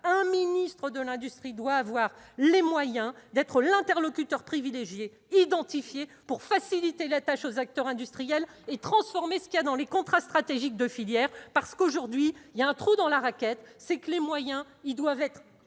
ministre de l'industrie doit avoir les moyens d'être l'interlocuteur privilégié, identifié, pour faciliter la tâche des acteurs industriels et transformer le contenu des contrats stratégiques de filière. En effet, aujourd'hui, il y a un trou dans la raquette. Les moyens doivent être